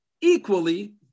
equally